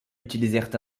utilisèrent